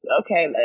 okay